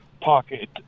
pocket